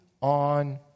on